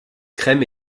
crème